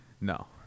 No